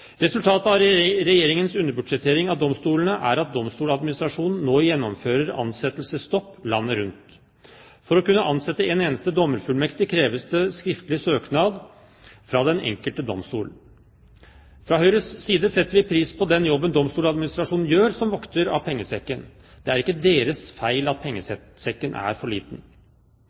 Resultatet av Regjeringens underbudsjettering av domstolene er at Domstoladministrasjonen nå gjennomfører ansettelsesstopp landet rundt. For å kunne ansette én eneste dommerfullmektig kreves det skriftlig søknad fra den enkelte domstol. Fra Høyres side setter vi pris på den jobben Domstoladministrasjonen gjør, som vokter av pengesekken. Det er ikke deres feil at pengesekken er for liten.